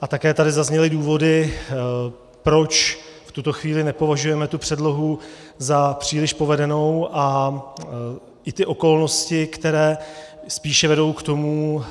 A také tady zazněly důvody, proč v tuto chvíli nepovažujeme tu předlohu za příliš povedenou, a i ty okolnosti, které spíše vedou k tomu